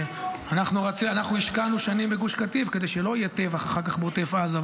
אנחנו השקענו שנים בגוש קטיף כדי שלא יהיה טבח אחר כך בעוטף עזה,